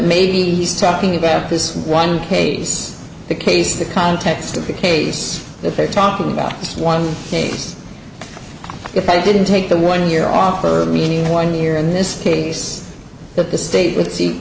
maybe he's talking about this one case the case the context of the case that they're talking about just one case if they didn't take the one year offer meaning one year in this case that the state would seek